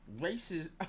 racist